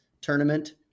tournament